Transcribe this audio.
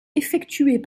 effectuées